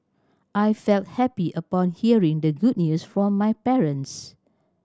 I felt happy upon hearing the good news from my parents